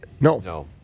No